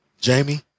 Jamie